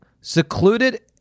Secluded